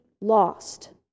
lost